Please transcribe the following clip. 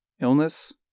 Illness